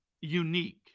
unique